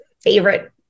favorite